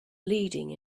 leading